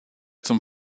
zum